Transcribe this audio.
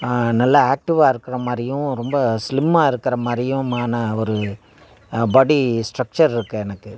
நல்லா ஆக்ட்டிவாக இருக்கிற மாதிரியும் ரொம்ப ஸ்லிம்மாக இருக்கிற மாதிரியுமான ஒரு பாடி ஸ்ட்ரெக்சர் இருக்குது எனக்கு